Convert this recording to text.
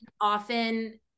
often